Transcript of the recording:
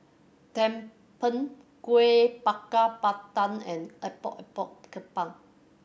tumpeng Kueh Bakar Pandan and Epok Epok Kentang